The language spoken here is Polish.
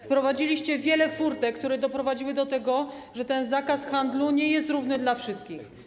Wprowadziliście wiele furtek, które doprowadziły do tego, że ten zakaz handlu nie jest zakazem dla wszystkich.